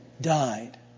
died